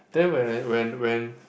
then when I when when